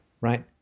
right